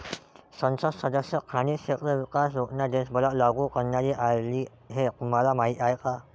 संसद सदस्य स्थानिक क्षेत्र विकास योजना देशभरात लागू करण्यात आली हे तुम्हाला माहीत आहे का?